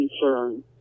concern